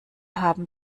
haben